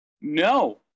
No